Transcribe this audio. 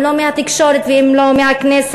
אם לא מהתקשורת ואם לא מהכנסת?